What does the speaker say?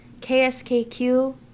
KSKQ